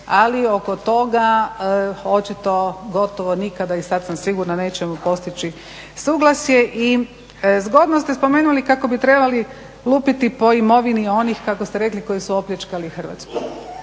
ali oko toga očito gotovo nikada i sasvim sigurno nećemo postići suglasje i zgodno ste spomenuli kako bi trebali lupiti po imovini onih, kako ste rekli koji su opljačkali Hrvatsku.